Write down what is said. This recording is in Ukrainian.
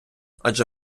адже